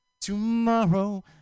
tomorrow